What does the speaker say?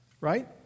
right